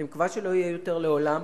אני מקווה שלא יהיה יותר לעולם,